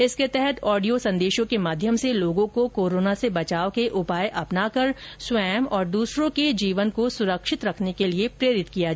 इस अभियान के तहत ऑडियो संदेशों के माध्यम से लोगों को कोरोना से बचाव के उपाय अपनाकर स्वयं और दूसरों के जीवन को सुरक्षित रखने के लिए प्रेरित किया जा रहा है